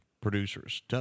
producers